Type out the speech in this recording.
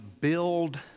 build